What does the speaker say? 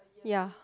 ya